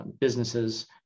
businesses